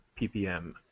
PPM